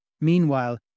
Meanwhile